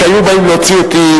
כשהיו באים להוציא אותי,